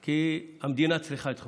כי המדינה צריכה את החוק.